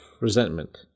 resentment